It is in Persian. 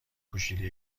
پوشیده